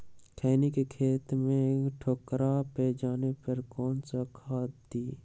खैनी के खेत में ठोकरा पर जाने पर कौन सा खाद दी?